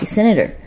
Senator